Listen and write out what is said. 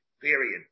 Period